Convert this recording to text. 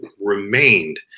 remained